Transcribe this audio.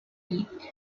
beat